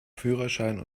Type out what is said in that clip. führerschein